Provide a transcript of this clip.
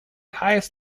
highest